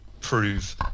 prove